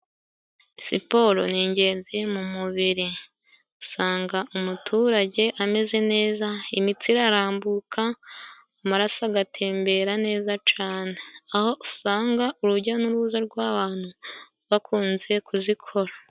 Siporo ni ingenzi mu mubiri, usanga umuturage ameze neza imitsi irambuka amaraso agatembera neza cane, aho usanga urujya n'uruza rw'abantu bakunze kuzikora.